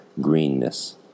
greenness